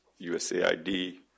USAID